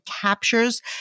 captures